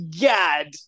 god